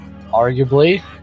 Arguably